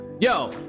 Yo